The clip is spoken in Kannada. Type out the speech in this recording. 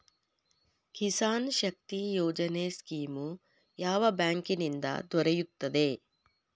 ಕಿಸಾನ್ ಶಕ್ತಿ ಯೋಜನೆ ಸ್ಕೀಮು ಯಾವ ಬ್ಯಾಂಕಿನಿಂದ ದೊರೆಯುತ್ತದೆ?